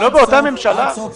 אתם לא באותה ממשלה?